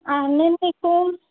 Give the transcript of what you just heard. నేను మీకు